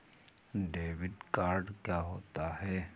Debit card क्या होता है?